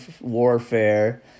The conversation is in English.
warfare